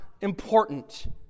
important